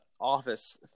office